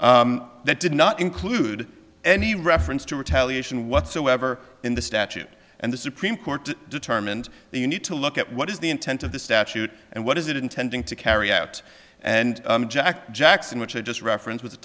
that did not include any reference to retaliation whatsoever in the statute and the supreme court determined you need to look at what is the intent of the statute and what is it intending to carry out and jack jackson which i just reference with the